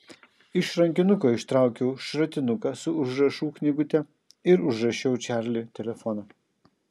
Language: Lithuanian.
iš rankinuko ištraukiau šratinuką su užrašų knygute ir užrašiau čarli telefoną